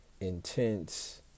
intense